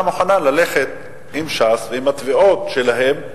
מוכנה ללכת עם ש"ס ועם התביעות שלהם.